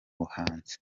buhanzi